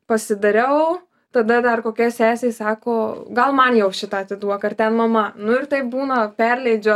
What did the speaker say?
pasidariau tada dar kokia sesė sako gal man jau šitą atiduok ar ten mama nu ir taip būna perleidžiu